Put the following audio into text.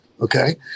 okay